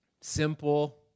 simple